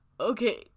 okay